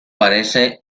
parece